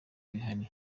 bihari